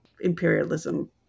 imperialism